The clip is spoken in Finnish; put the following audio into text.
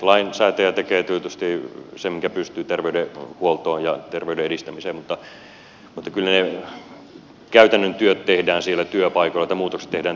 lainsäätäjä tekee tietysti sen minkä pystyy terveydenhuoltoon ja terveyden edistämiseen mutta kyllä ne käytännön muutokset tehdään siellä työpaikoilla